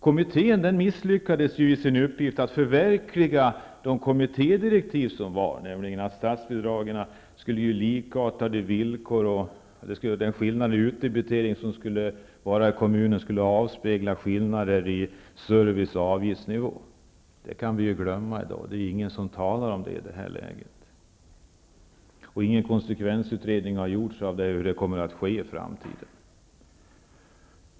Kommittén misslyckades i sin uppgift att förverkliga de kommittédirektiv som givits, nämligen att statsbidragen skulle ge likartade villkor och att skillnaden i utdebitering i kommunerna skulle avspegla skillnader i service och avgiftsnivå. Det kan vi i dag glömma. Det är ingen som talar om detta i det här läget. Det har inte gjorts någon konsekvensutredning av det som kommer att ske i framtiden.